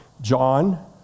John